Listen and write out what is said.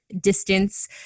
distance